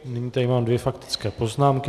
Nyní tady mám dvě faktické poznámky.